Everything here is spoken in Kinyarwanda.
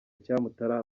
cyamutara